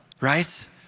right